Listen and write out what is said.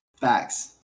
Facts